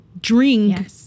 drink